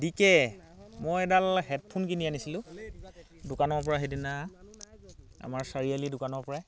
D কে মই এডাল হেডফোন কিনি আনিছিলোঁ দোকানৰ পৰা সিদিনা আমাৰ চাৰিআলি দোকানৰ পৰাই